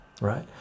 right